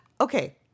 Okay